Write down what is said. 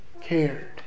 cared